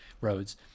roads